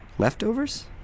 Leftovers